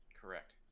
Correct